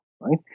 Right